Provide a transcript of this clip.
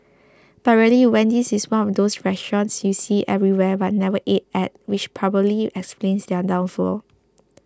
but really Wendy's is one of those restaurants you see everywhere but never ate at which probably explains their downfall